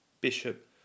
Bishop